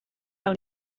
iawn